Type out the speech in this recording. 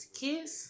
kiss